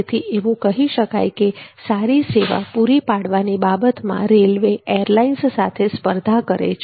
તેથી એવું કહી શકાય કે સારી સેવા પૂરી પાડવાની બાબતમાં રેલવે એરલાઇન્સ સાથે સ્પર્ધા કરે છે